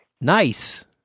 Nice